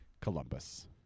Columbus